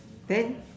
then